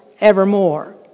evermore